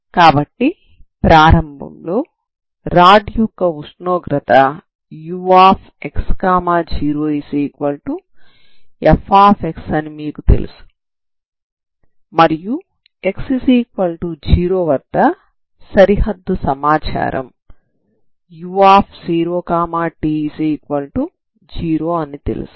కాబట్టి ప్రారంభంలో రాడ్ యొక్క ఉష్ణోగ్రత ux0f అని మీకు తెలుసు మరియు x0 వద్ద సరిహద్దు సమాచారం u0t0 అని తెలుసు